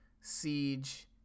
Siege